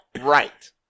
right